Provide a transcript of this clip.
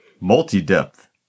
multi-depth